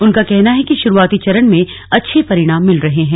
उनका कहना है कि शुरुआती चरण में अच्छे परिणाम मिल रहे हैं